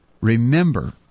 Remember